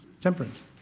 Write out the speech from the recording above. temperance